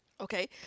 Okay